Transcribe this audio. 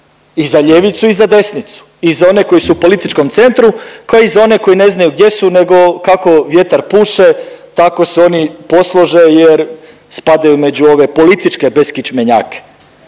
i za ljevicu i za desnicu i za one koji su u političkom centru kao i za one koji ne znaju gdje su nego kako vjetar puše tako se oni poslože jer spadaju među ove političke beskičmenjake.